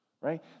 right